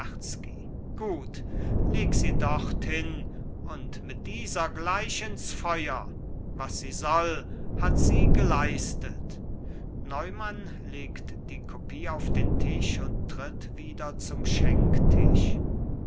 gut leg sie dorthin und mit dieser gleich ins feuer was sie soll hat sie geleistet neumann legt die kopie auf den tisch und tritt wieder zum